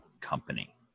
company